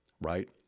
right